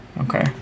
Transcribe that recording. okay